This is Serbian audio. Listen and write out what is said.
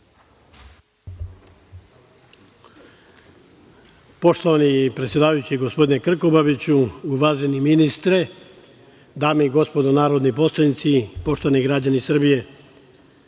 Poštovani predsedavajući, gospodine Krkobabiću, uvaženi ministre, dame i gospodo narodi poslanici, poštovani građani Srbije,